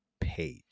page